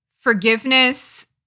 forgiveness